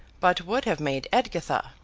but would have made edgitha,